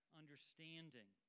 understanding